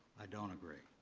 i don't agree.